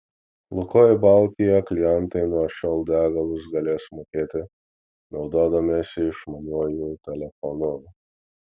lukoil baltija klientai nuo šiol degalus galės mokėti naudodamiesi išmaniuoju telefonu